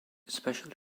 especially